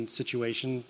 situation